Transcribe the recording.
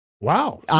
Wow